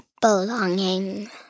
Belonging